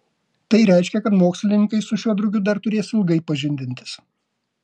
tai reiškia kad mokslininkai su šiuo drugiu dar turės ilgai pažindintis